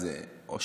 או,